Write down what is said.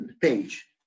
Page